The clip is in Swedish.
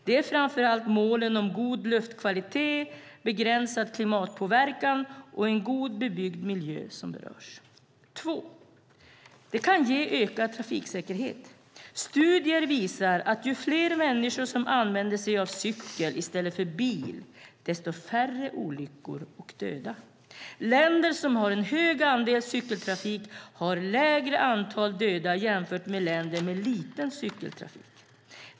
Det är framför allt målen om god luftkvalitet, begränsad klimatpåverkan och en god bebyggd miljö som berörs. För det andra kan den ge ökad trafiksäkerhet. Studier visar att ju fler människor som använder sig av cykel i stället för bil, desto färre olyckor och döda. Länder som har en hög andel cykeltrafik har lägre antal döda i trafiken än länder med liten cykeltrafik.